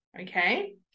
Okay